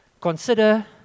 Consider